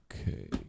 Okay